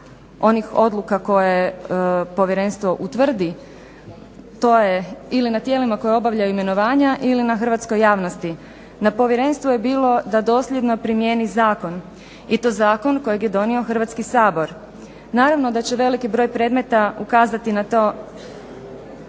onih odluka koje povjerenstvo utvrdi. To je ili na tijelima koja obavljaju imenovanja ili na hrvatskoj javnosti. Na povjerenstvu je bilo da dosljedno primijeni zakon i to zakon kojeg je donio Hrvatski sabor. Naravno da će veliki broj predmeta ukazati na to